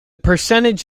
percentage